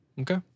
Okay